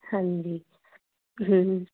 ਹਾਂਜੀ ਹੂੰ